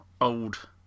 old